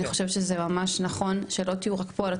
אני חושבת שזה ממש נכון שלא תהיו רק פה אלא